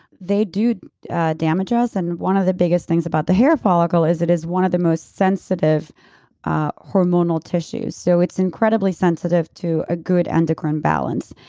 they do damage us and one of the biggest things about the hair follicle is it is one of the most sensitive ah hormonal tissues. so it's incredibly sensitive to a good endocrine balance.